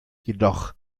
jedoch